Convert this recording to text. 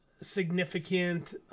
significant